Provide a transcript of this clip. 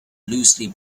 loosely